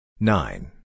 Nine